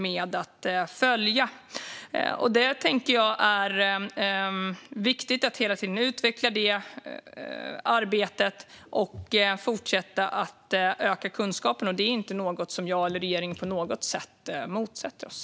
Jag tänker att det är viktigt att hela tiden utveckla det arbetet och fortsätta att öka kunskapen. Det är inte något som jag eller regeringen på något sätt motsätter oss.